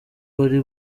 wari